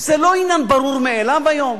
זה לא עניין ברור מאליו היום.